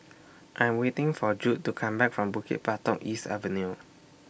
I Am waiting For Judd to Come Back from Bukit Batok East Avenue